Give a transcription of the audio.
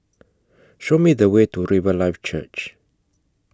Show Me The Way to Riverlife Church